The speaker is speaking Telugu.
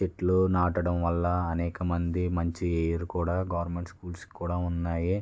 చెట్లు నాటడం వల్ల అనేకమంది మంచి ఏయిర్ కూడా గవర్నమెంట్ స్కూల్స్ కూడా ఉన్నాయి